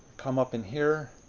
come up in here.